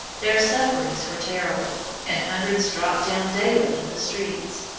their sufferings were terrible, and hundreds dropped down daily in the streets.